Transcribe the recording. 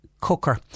Cooker